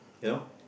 you know